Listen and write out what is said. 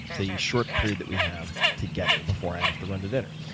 the short period that we have together before i have to run to dinner.